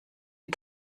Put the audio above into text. you